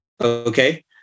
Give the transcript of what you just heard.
okay